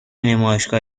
نمایشگاه